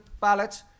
ballot